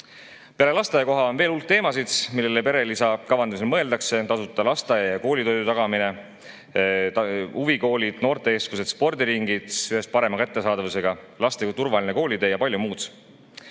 lasteaiakoha on veel hulk teemasid, millele perelisa kavandamisel mõeldakse: tasuta lasteaia‑ ja koolitoidu tagamine, huvikoolid, noortekeskused, spordiringid ühes parema kättesaadavusega, laste turvaline koolitee ja palju muud.